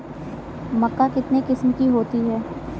मक्का कितने किस्म की होती है?